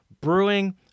brewing